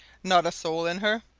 not a soul in her?